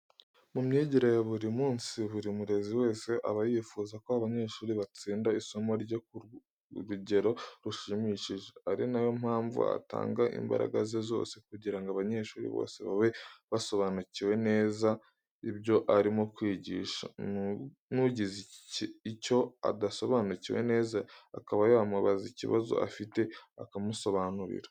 Mu myigire ya buri munsi, buri murezi wese aba yifuza ko abanyeshuri batsinda isomo rye ku rugero rushimishije, ari na yo mpamvu atanga imbaraga ze zose kugira ngo abanyeshuri bose babe basobanukirwa neza ibyo arimo kwigisha, nugize icyo adasobanukiwe neza akaba yamubaza ikibazo afite akamusobanurira.